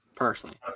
Personally